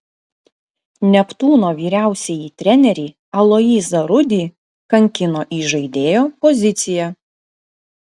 neptūno vyriausiąjį trenerį aloyzą rudį kankino įžaidėjo pozicija